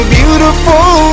beautiful